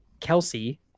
Kelsey